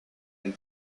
and